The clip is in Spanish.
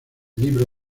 libro